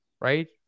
Right